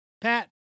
Pat